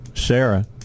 Sarah